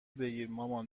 بگیرمامان